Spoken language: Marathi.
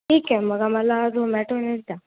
ठीक आहे मग आम्हाला झोमॅटोनीच द्या